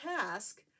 task